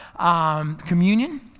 communion